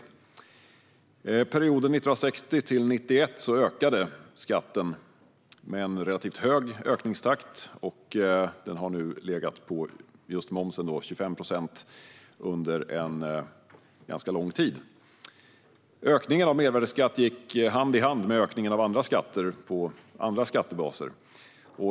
Under perioden 1960-1991 ökade skatten i en relativt hög takt. Momsen har nu legat på 25 procent under en ganska lång tid. Ökningen av mervärdesskatten gick hand i hand med ökningen av skatter på andra skattebaser.